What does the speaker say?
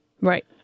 Right